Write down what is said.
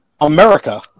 America